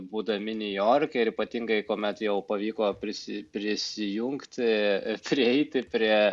būdami niujorke ir ypatingai kuomet jau pavyko prisi prisijungti i prieiti prie